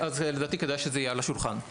לדעתי כדאי שזה יהיה על השולחן.